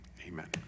amen